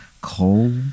cold